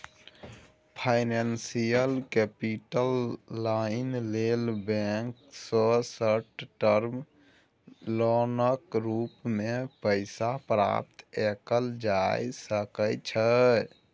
financial capital लइ लेल bank सँ शार्ट टर्म लोनक रूप मे पैसा प्राप्त कएल जा सकइ छै